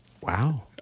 Wow